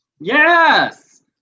yes